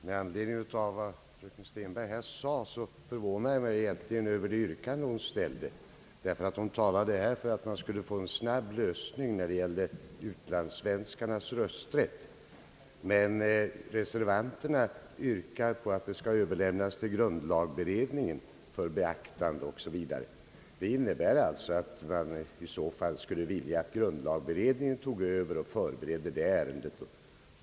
Herr talman! Efter vad fröken Stenberg sade förvånar jag mig över det yrkande hon ställde. Hon talade för att man skulle få en snabb lösning av frågan om utlandssvenskarnas rösträtt, men reservanterna yrkar på att frågan skall överlämnas till grundlagberedningen för beaktande. Det innebär alltså att man vill att grundlagberedningen skall ta över och förbereda detta ärende.